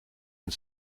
and